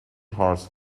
hearts